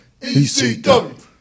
ECW